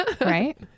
Right